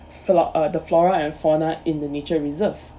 flora uh the flora and fauna in the nature reserve